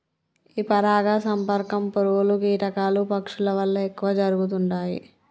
ఈ పరాగ సంపర్కం పురుగులు, కీటకాలు, పక్షుల వల్ల ఎక్కువ జరుగుతుంటాయి